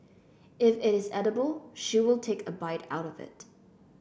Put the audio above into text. if it is edible she will take a bite out of it